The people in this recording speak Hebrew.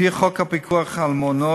לפי חוק הפיקוח על מעונות,